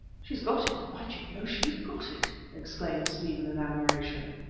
she's got it! by jingo, she's got it! exclaimed stephen in admiration.